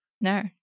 No